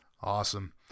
Awesome